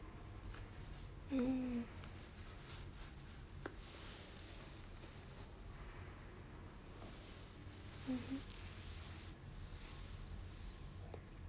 hmm mmhmm